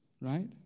right